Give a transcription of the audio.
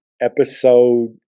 episode